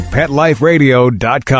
PetLiferadio.com